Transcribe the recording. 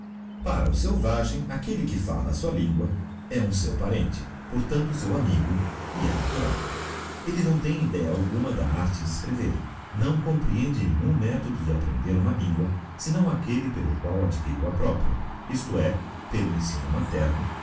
para o selvagem aquelle que falia a sua lingua é um seu parente portanto seu amigo e é natural elle não tem idéa alguma da arte de escrever não comprehende nenhum methodo de aprender uma lingua senão aquelle pelo qual adquiriu a própria isto é pelo ensino materno